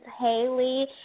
Haley